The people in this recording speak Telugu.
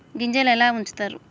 గింజలు ఎలా ఉంచుతారు?